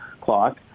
clock